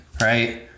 right